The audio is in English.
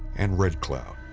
and red cloud,